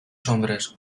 hombres